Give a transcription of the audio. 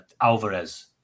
Alvarez